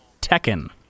tekken